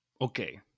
Okay